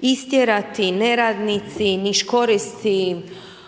istjerati, neradnici, niškoristi,